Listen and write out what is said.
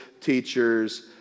teachers